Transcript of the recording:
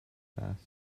bus